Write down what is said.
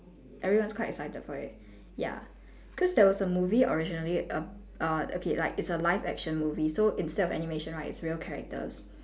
everyone is quite excited for it ya cause there was a movie originally err uh okay like it's a live action movie so instead of animation right it's real characters